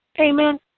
Amen